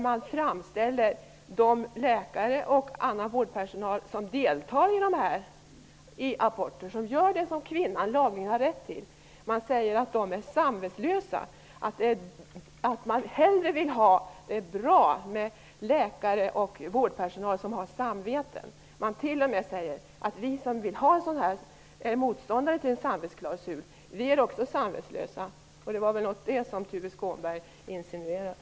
Man säger att läkare och annan vårdpersonal som deltar i aborter -- människor som gör det som kvinnor har laglig rätt till -- är samvetslösa och att man hellre vill ha läkare och annan vårdpersonal som har samveten. Man säger t.o.m. att vi som är motståndare till en samvetsklausul också är samvetslösa. Det var väl det som Tuve Skånberg insinuerade.